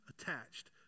attached